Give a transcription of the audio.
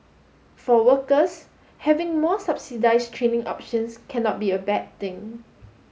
for workers having more subsidise training options cannot be a bad thing